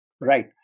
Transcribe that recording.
Right